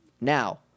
Now